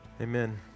Amen